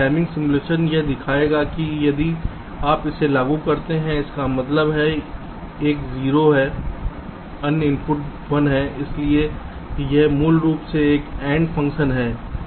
timing simulation यह दिखाएगा कि यदि आप इसे लागू करते हैं इसका मतलब है एक इनपुट 0 है अन्य इनपुट भी 1 है इसलिए यह मूल रूप से एक AND फ़ंक्शन है